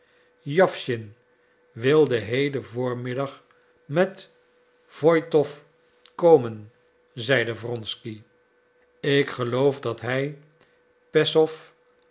jawschin wilde heden voormiddag met woitow komen zeide wronsky ik geloof dat hij peszow